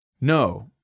No